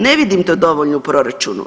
Ne vidim to dovoljno u proračunu.